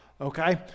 okay